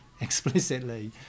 explicitly